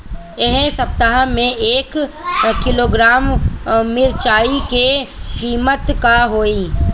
एह सप्ताह मे एक किलोग्राम मिरचाई के किमत का होई?